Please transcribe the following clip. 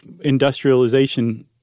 industrialization